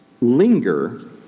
linger